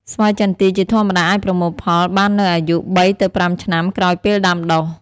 ស្វាយចន្ទីជាធម្មតាអាចប្រមូលផលបាននៅអាយុ ៣ ទៅ ៥ ឆ្នាំ ក្រោយពេលដាំដុះ។